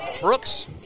Brooks